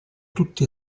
tutti